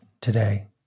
today